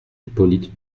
hippolyte